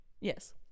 Yes